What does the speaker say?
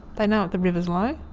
they know the rivers low,